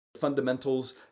fundamentals